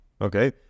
Okay